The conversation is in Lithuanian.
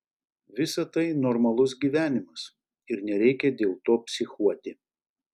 visa tai normalus gyvenimas ir nereikia dėl to psichuoti